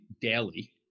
daily